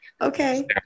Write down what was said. okay